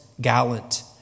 Gallant